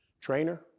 trainer